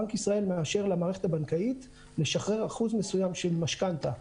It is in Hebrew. בנק ישראל מאשר למערכת הבנקאית לשחרר אחוז מסוים של משכנתה.